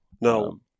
No